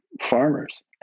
farmers